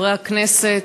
חברי הכנסת,